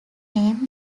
name